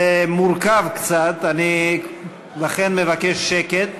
זה מורכב קצת, לכן אני מבקש שקט.